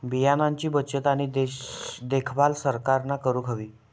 बियाणांची बचत आणि देखभाल सरकारना करूक हवी